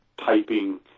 typing